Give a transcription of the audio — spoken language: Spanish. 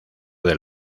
del